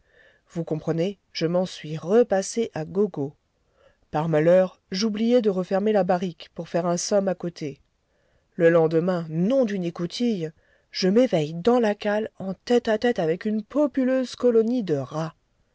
vous comprenez je m'en suis repassé à gogo par malheur j'oubliai de refermer la barrique pour faire un somme à côté le lendemain nom d'une écoutille je m'éveille dans la cale en tête-à-tête avec une populeuse colonie de rats